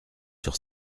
sur